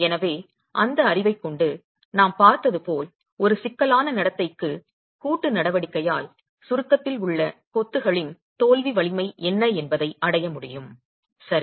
எனவே அந்த அறிவைக் கொண்டு நாம் பார்த்தது போல் ஒரு சிக்கலான நடத்தைக்கு கூட்டு நடவடிக்கையால் சுருக்கத்தில் உள்ள கொத்துகளின் தோல்வி வலிமை என்ன என்பதை அடைய முடியும் சரி